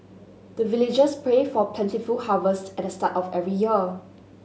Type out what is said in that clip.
the villagers pray for plentiful harvest at the start of every year